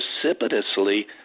precipitously